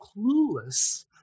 clueless